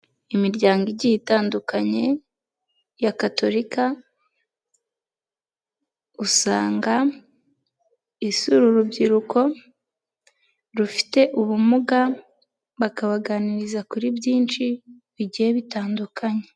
Imiryango igiye itandukanye ya Katolika usanga isura urubyiruko rufite ubumuga bakabaganiriza kuri byinshi bigiye bitandukanye.